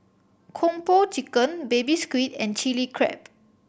Kung Po Chicken Baby Squid and Chili Crab